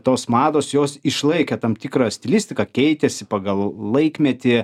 tos mados jos išlaikė tam tikrą stilistiką keitėsi pagal laikmetį